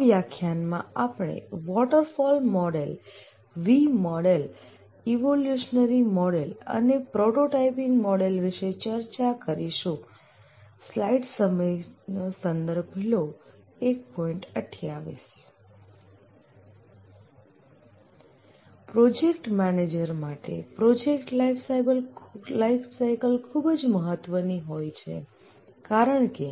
આ વ્યાખ્યાનમાં આપણે waterfall model V model evolutionary model અને પ્રોટોટાઈપીંગ મોડલ વિશે ચર્ચા કરશું પ્રોજેક્ટ મેનેજર માટે પ્રોજેક્ટ લાઈફસાઈકલ ખૂબ જ મહત્વની હોય છે કારણકે